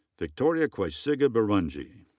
victoria kwesiga birungi.